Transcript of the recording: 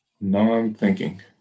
Non-thinking